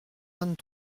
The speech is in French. vingt